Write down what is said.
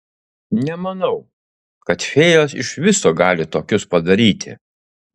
nemanau kad fėjos iš viso gali tokius padaryti